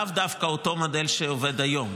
לאו דווקא אותו מודל שעובד היום,